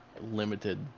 limited